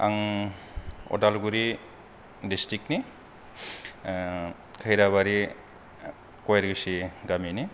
आं अदालगुरि दिस्टिकनि खैराबारि कयेरकुसि गामिनि